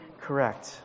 correct